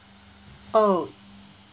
oh